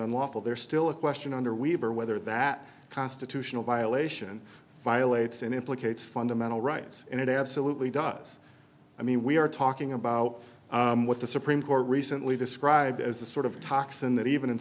unlawful there's still a question under weaver whether that constitutional violation violates and implicates fundamental rights and it absolutely does i mean we are talking about what the supreme court recently described as the sort of toxin that even in